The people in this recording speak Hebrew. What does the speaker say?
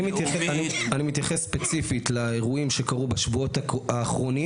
אני מתייחס ספציפית לאירועים שקרו בשבועות האחרונים